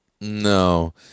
No